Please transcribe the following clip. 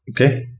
okay